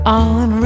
on